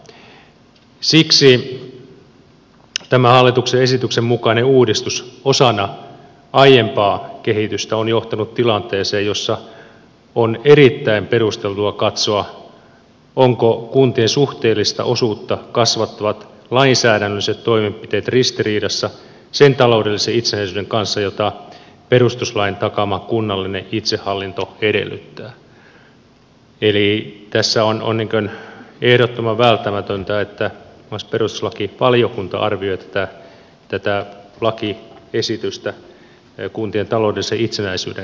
siksi tämän hallituksen esityksen mukainen uudistus osana aiempaa kehitystä on johtanut tilanteeseen jossa on erittäin perusteltua katsoa ovatko kuntien suhteellista osuutta kasvattavat lainsäädännölliset toimenpiteet ristiriidassa sen taloudellisen itsenäisyyden kanssa jota perustuslain takaama kunnallinen itsehallinto edellyttää eli tässä on niin kuin ehdottoman välttämätöntä että myös perustuslakivaliokunta arvioi tätä lakiesitystä kuntien taloudellisen itsenäisyyden kannalta